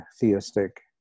theistic